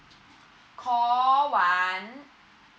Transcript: call one